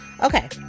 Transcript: Okay